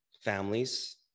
families